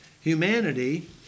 humanity